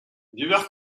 divers